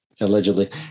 allegedly